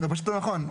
זה לא נכון.